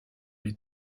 les